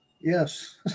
Yes